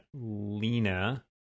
Lena